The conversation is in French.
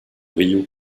río